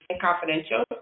confidential